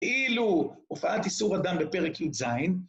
אילו הופעת איסור אדם בפרק י"ז,